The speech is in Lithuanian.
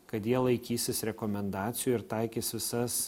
kad jie laikysis rekomendacijų ir taikys visas